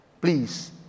please